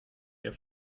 der